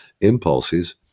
impulses